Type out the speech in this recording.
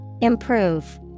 Improve